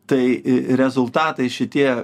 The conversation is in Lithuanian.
tai rezultatai šitie